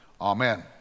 Amen